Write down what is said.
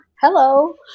Hello